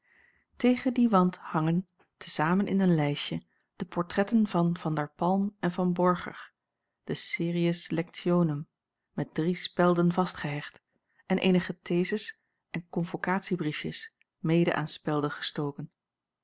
tegen dien wand hangen te zamen in een lijstje de portretten van van der palm en van borger de series lectionum met drie spelden vastgehecht en eenige theses en konvokatie briefjes mede aan spelden gestoken